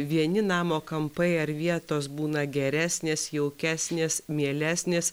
vieni namo kampai ar vietos būna geresnės jaukesnės mielesnės